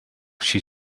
she